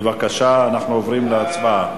בבקשה, אנחנו עוברים להצבעה.